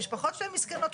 המשפחות שלהם מסכנות,